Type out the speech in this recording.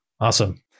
awesome